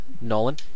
Nolan